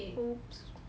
!oops!